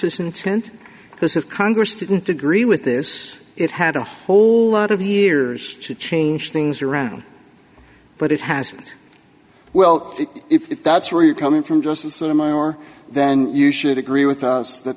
's intent because of congress didn't agree with this it had a whole lot of years to change things around but it hasn't well if that's where you're coming from just sort of mine or then you should agree with us that